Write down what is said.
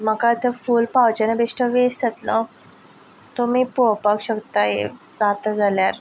म्हाका आतां फूल पावचो ना बेश्टो वेश्ट जातलो तुमी पोवापक शकतात एक जाता जाल्यार